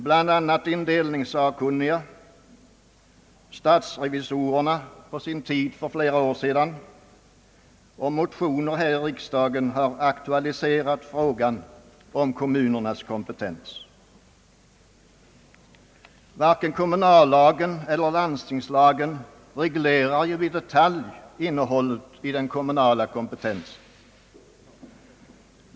Bland andra indelningssakkunniga, statsrevisorerna — för flera år sedan — och motioner här i riksdagen har aktualiserat frågan om kommunernas kompetens. Varken kommunallagen eller landstingslagen reglerar i detalj innehållet i den kommunala kompetensen.